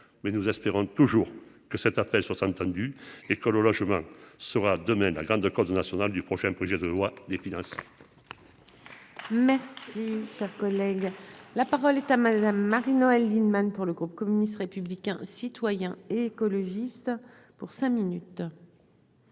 mais nous espérons toujours que cet appel sur et au logement sera demain la grande cause nationale du prochain projet de loi des finances. Merci, sa collègue, la parole est à Madame Marie-Noëlle Lienemann pour le groupe communiste, républicain, citoyen et écologiste pour cinq minutes.